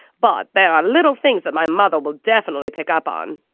but there are little things that my mother will definitely pick up on.